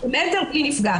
כנראה שזה לא היה מחבל.